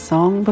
Song